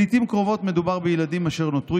לעיתים קרובות מדובר בילדים אשר נותרו